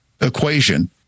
equation